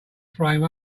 frame